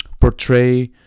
portray